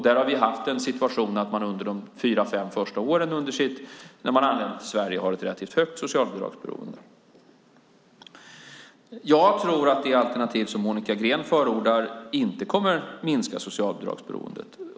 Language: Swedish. Där har vi haft en situation att man under de fyra fem första åren efter att man anlänt till Sverige har ett relativt högt socialbidragsberoende. Jag tror att det alternativ som Monica Green förordar inte kommer att minska socialbidragsberoendet.